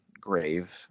Grave